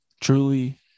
truly